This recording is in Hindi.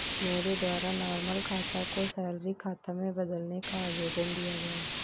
मेरे द्वारा नॉर्मल खाता को सैलरी खाता में बदलने का आवेदन दिया गया